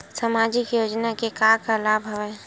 सामाजिक योजना के का का लाभ हवय?